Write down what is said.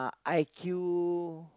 I Q